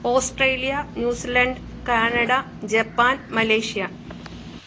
Australia New Zealand Canada Japan Malaysia